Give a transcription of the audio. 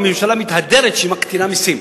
הרי הממשלה מתהדרת שהיא מקטינה מסים.